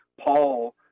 Paul